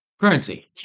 currency